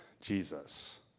Jesus